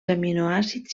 aminoàcids